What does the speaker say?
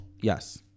Yes